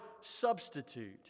substitute